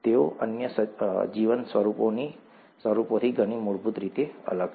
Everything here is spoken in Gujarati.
તેઓ અન્ય જીવન સ્વરૂપોથી ઘણી મૂળભૂત રીતે અલગ છે